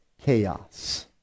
chaos